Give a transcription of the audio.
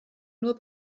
nur